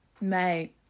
Mate